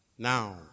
Now